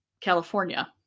California